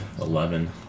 Eleven